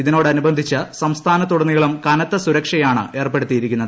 ഇതിനോടനുബന്ധിച്ച് സംസ്ഥാനത്തുടനീളം കനത്ത സുരക്ഷയാണ് ഏർപ്പെടുത്തിയിരിക്കുന്നത്